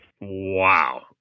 Wow